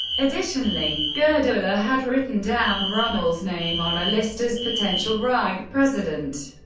additionally, goerdeler had written down rommel's name on a list as potential reich president.